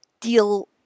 deal